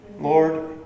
Lord